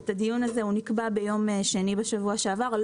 הדיון הזה נקבע ביום שני בשבוע שעבר.